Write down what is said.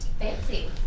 fancy